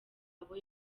abo